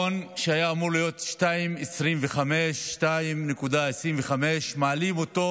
שהיה אמור להיות 2.25% מעלים אותו